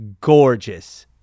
gorgeous